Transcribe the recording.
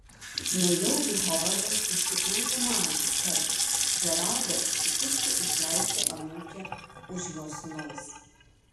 nejaugi hovardas iš tikrųjų mano kad džeraldas sutiktų išleisti anūkę už jo sūnaus